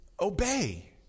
obey